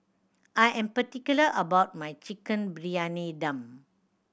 I am particular about my Chicken Briyani Dum